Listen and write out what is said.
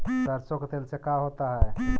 सरसों के तेल से का होता है?